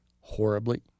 horribly